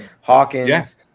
Hawkins